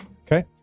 Okay